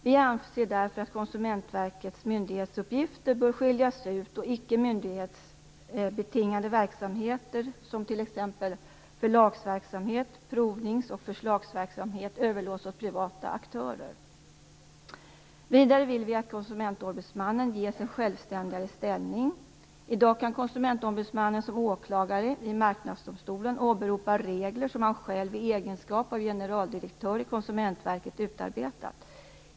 Vi anser därför att Konsumentverkets myndighetsuppgifter bör skiljas ut, och icke myndighetsbetingade verksamheter - t.ex. förlags-, provnings och förslagsverksamheter, bör överlåtas åt privata aktörer. Vidare vill vi att Konsumentombudsmannen ges en självständigare ställning. I dag kan Konsumentombudsmannen som åklagare i Marknadsdomstolen åberopa regler som han själv i egenskap av generaldirektör i Konsumentverket har utarbetat.